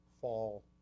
fall